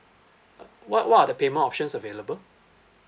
what what are the payment options available